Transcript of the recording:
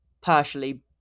partially